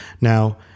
Now